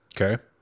Okay